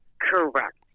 Correct